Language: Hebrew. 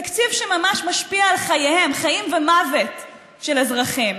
למשל, תקציב שממש משפיע על חיים ומוות של אזרחים,